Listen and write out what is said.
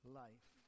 life